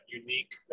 unique